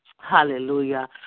Hallelujah